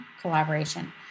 collaboration